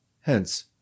Hence